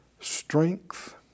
strength